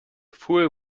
fool